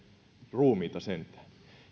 ruumiita sentään